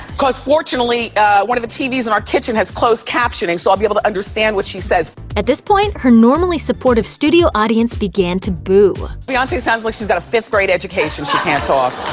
cuz fortunately one of the tvs in our kitchen has closed captioning, so i'll be able to understand what she says. at this point, her normally supportive studio audience began to boo. beyonce sounds like she's got a fifth grade education. she can't talk.